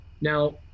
now